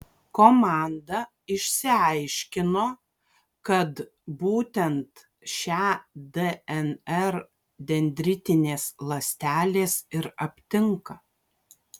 komanda išsiaiškino kad būtent šią dnr dendritinės ląstelės ir aptinka